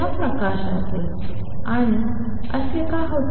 आणि असे का होते